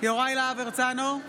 יוראי להב הרצנו,